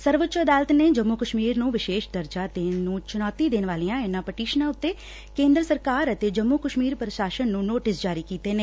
ਸਰਵਉੱਚ ਅਦਾਲਤ ਨੇ ਜੰਮੁ ਕਸ਼ਮੀਰ ਨੂੰ ਵਿਸ਼ੇਸ਼ ਦਰਜਾ ਦੇਣ ਨੂੰ ਚੁਣੌਤੀ ਦੇਣ ਵਾਲੀਆਂ ਇਨੂਾਂ ਪਟੀਸ਼ਨਾਂ ਤੇ ਕੇਂਦਰ ਸਰਕਾਰ ਅਤੇ ਜੰਮੂ ਕਸ਼ਮੀਰ ਪ੍ਸਸਾਸਨ ਨੂੰ ਨੋਟਿਸ ਜਾਰੀ ਕੀਤੇ ਨੇ